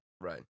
Right